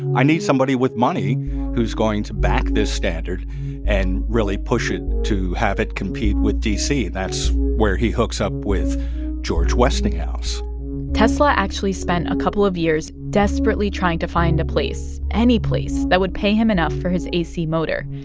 i need somebody with money who's going to back this standard and really push it to have it compete with dc. that's where he hooks up with george westinghouse tesla actually spent a couple of years desperately trying to find a place, any place that would pay him enough for his ac motor.